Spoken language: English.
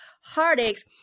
heartaches